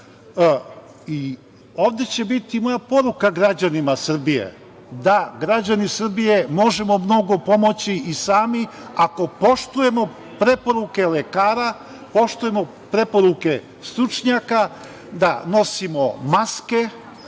Ovde će biti moja poruka građanima Srbije – da, građani Srbije, možemo mnogo pomoći i sami ako poštujemo preporuke lekara, poštujemo preporuke stručnjaka da nosimo maske,